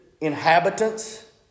inhabitants